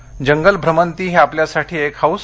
मेळघाट जंगल भ्रमंती ही आपल्यासाठी एक हौस